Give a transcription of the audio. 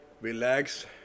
relax